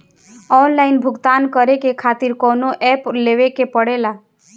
Online भुगतान करके के खातिर कौनो ऐप लेवेके पड़ेला?